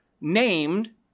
named